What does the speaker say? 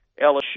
LSU